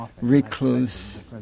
recluse